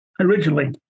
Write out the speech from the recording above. originally